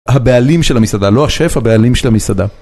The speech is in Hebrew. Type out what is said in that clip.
הבעלים של המסעדה, לא השף, הבעלים של המסעדה.